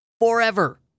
forever